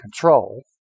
control